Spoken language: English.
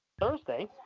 Thursday